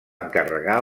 encarregar